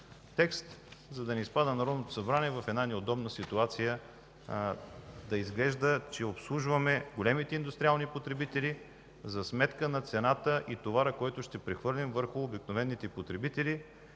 текст, за да не изпада Народното събрание в ситуация да изглежда, че обслужваме големите индустриални потребители за сметка на цената и товара, който ще прехвърлим върху обикновените потребители.